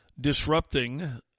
disrupting